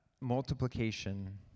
multiplication